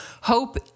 hope